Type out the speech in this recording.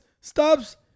stops